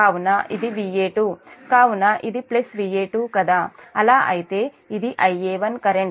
కాబట్టి ఇది Va2 కాబట్టి ఇది ప్లస్ Va2 కదా అలా అయితే ఇది Ia1 కరెంట్